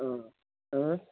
آ